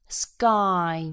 sky